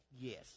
Yes